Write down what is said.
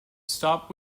stop